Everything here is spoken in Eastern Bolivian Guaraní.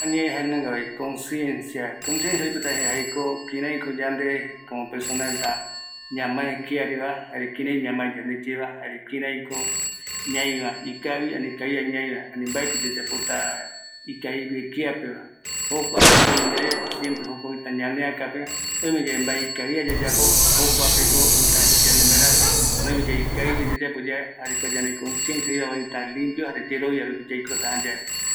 Amovese pe añeterupi kavi pa ko vae yayapo, ani vaeti ra yaikuareve kavi vae yayapo esa ou amopevese jokua yae erei ko ikaviñoi yaikuareve kavi mbae yayapo aguiyeara uaja mbae yandendie.